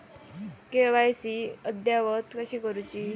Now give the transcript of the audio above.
KYC अद्ययावत कशी करुची?